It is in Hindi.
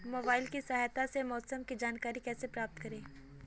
मोबाइल की सहायता से मौसम की जानकारी कैसे प्राप्त करें?